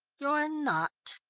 you're not,